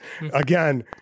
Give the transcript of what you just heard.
Again